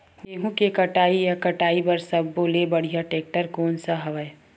गेहूं के कटाई या कटाई बर सब्बो ले बढ़िया टेक्टर कोन सा हवय?